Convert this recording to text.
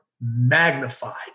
magnified